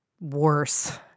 worse